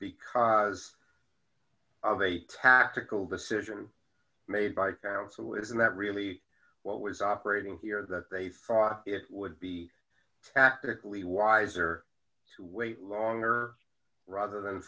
because as of a tactical decision made by counsel is that really what was operating here that they thought it would be tactically wiser to wait longer rather than